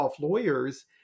lawyers